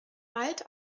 bald